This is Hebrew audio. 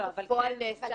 מה בפועל נעשה?